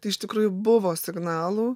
tai iš tikrųjų buvo signalų